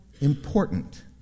important